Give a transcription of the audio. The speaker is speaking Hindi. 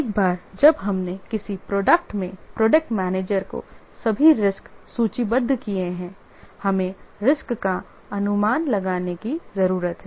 एक बार जब हमने किसी प्रोजेक्ट में प्रोजेक्ट मैनेजर को सभी रिस्क सूचीबद्ध किए हैं हमें रिस्क का अनुमान लगाने की जरूरत है